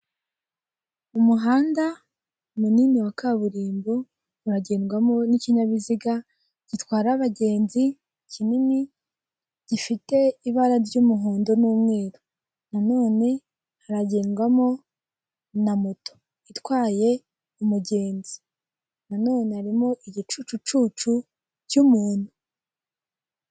Umuhanda munini wa kaburimbo, uragendwamo n'ikinyabiziga gitwara abagenzi kinini, gifite ibara ry'umuhondo n'umweru, na none haragendwamo na moto itwaye umugenzi, na none harimo igicucucu cy'umuntu